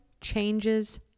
changes